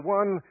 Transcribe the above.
one